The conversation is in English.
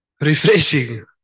refreshing